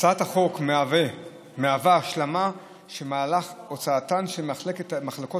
הצעת החוק מהווה השלמה של מהלך הוצאתן של מחלקות